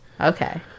Okay